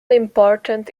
important